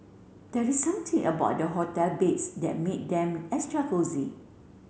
there is something about the hotel beds that make them extra cosy